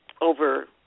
over